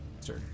Sir